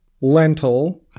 lentil